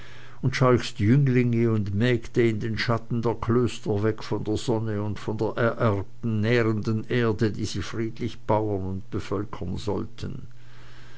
und scheuchst jünglinge und mägde in den schatten der klöster weg von der sonne und von der ererbten nährenden erde die sie friedlich bauen und bevölkern sollten